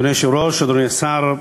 אדוני היושב-ראש, אדוני השר,